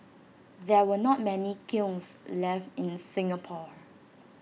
there were not many kilns left in Singapore